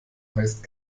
heißt